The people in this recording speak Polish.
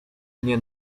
mnie